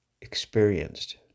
experienced